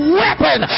weapon